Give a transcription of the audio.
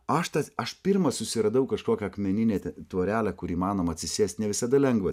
aš tas aš pirmas susiradau kažkokią akmeninę tvorelę kur įmanoma atsisėst ne visada lengva